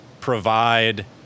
provide